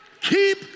Keep